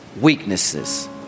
Weaknesses